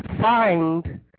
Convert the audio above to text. find